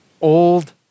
old